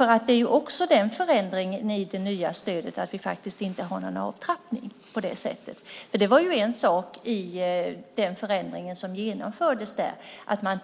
En annan förändring i det nya stödet är att vi faktiskt inte har någon avtrappning. Gällande den förändring som genomfördes